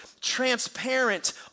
transparent